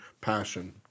passion